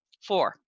Four